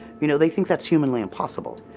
you know, they think that's humanly impossible.